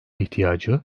ihtiyacı